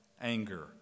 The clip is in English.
anger